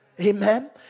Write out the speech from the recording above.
Amen